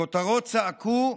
הכותרות צעקו: